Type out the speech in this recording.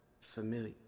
familiar